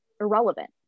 irrelevant